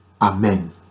Amen